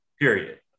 period